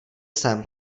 sem